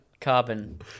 carbon